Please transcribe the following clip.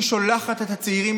שיעור האבטלה בקרב צעירים